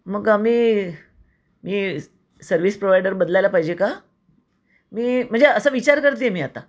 मग आम्ही हे सर्विस प्रोव्हायडर बदलायला पाहिजे का मी म्हणजे असं विचार करते आहे मी आता